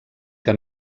que